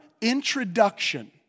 introduction